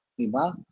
iba